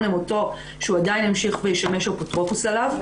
למותו שהוא עדיין ימשיך וישמש אפוטרופוס עליו.